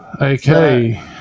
Okay